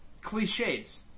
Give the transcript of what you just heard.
cliches